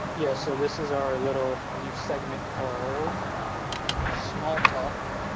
yes so this is our little new segment called small tok.